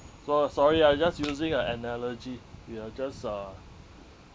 so~ sorry ah I just using a analogy we are just uh